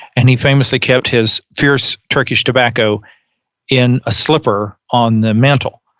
and he famously kept his fierce turkish tobacco in a slipper on the mantel.